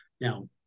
Now